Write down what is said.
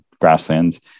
grasslands